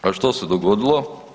A što se dogodilo?